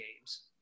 games